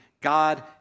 God